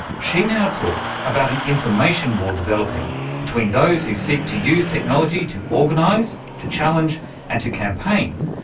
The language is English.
she now talks about an information war developing between those who seek to use technology to organise, to challenge and to campaign,